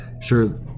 sure